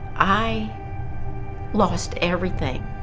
i lost everything.